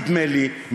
נדמה לי,